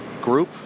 group